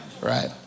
right